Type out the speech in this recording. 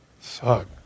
Suck